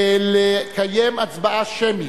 לקיים הצבעה שמית,